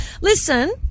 Listen